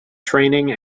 training